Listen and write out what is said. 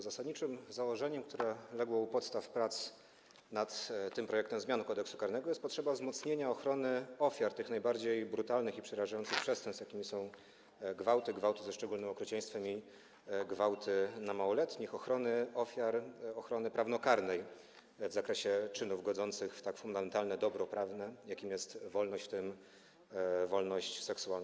Zasadniczym założeniem, które legło u podstaw prac nad tym projektem zmian Kodeksu karnego, jest potrzeba wzmocnienia ochrony ofiar tych najbardziej brutalnych i przerażających przestępstw, jakimi są gwałty, gwałty ze szczególnym okrucieństwem i gwałty na małoletnich, ochrony prawnokarnej ofiar w zakresie czynów godzących w tak fundamentalne dobro prawne, jakim jest wolność, w tym wolność seksualna.